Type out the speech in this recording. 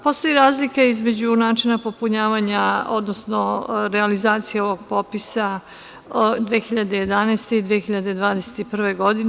Postoji razlika između načina popunjavanja, odnosno realizacije ovog popisa 2011. i 2021. godine.